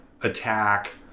attack